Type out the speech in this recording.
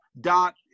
dot